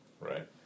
right